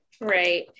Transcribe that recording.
right